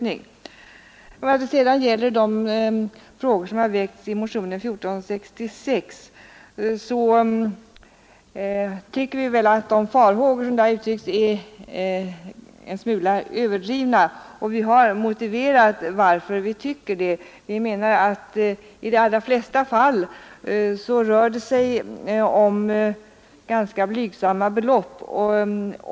I vad sedan gäller de frågor som väckts i motionen 1466 tycker vi inom utskottet väl att de farhågor som där uttrycks är en smula överdrivna. Vi har motiverat varför vi tycker det. Vi anser att det i de allra flesta fall rör sig om ganska blygsamma belopp.